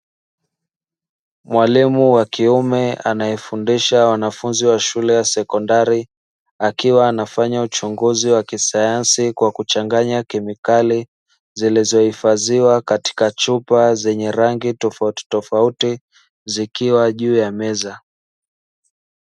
Mwalimu wa kiume anayefundisha wanafunzi wa shule ya sekondari, akiwa anafanya uchunguzi wa kisayansi kwa kuchanganya kemikali zilizohifadhiwa katika chupa zenye rangi tofauti tofauti zikiwa juu ya meza.